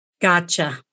Gotcha